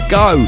go